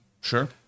Sure